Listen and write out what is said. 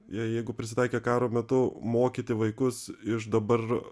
jie jeigu prisitaikė karo metu mokyti vaikus iš dabar